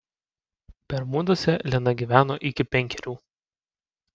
bermuduose lena gyveno iki penkerių